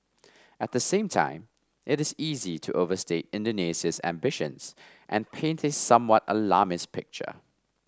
at the same time it is easy to overstate Indonesia's ambitions and painted somewhat alarmist picture